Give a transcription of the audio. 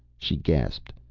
she gasped,